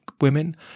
women